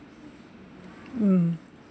mm